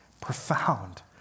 profound